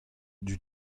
dud